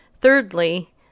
Thirdly